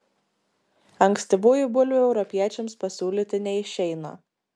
ankstyvųjų bulvių europiečiams pasiūlyti neišeina